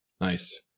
Nice